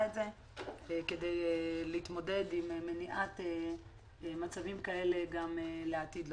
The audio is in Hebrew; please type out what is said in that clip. את זה כדי להתמודד עם מניעת מצבים כאלה גם לעתיד לבוא.